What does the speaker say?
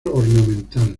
ornamental